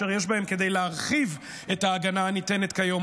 אשר יש בהם כדי להרחיב את ההגנה הניתנת כיום,